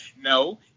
no